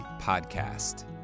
Podcast